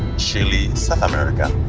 chile, south america.